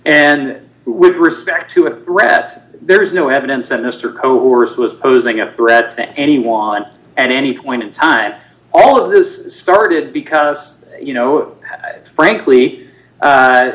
and with respect to a threat there is no evidence that mr coerced was posing a threat to anyone and any when in time all of this started because you know frankly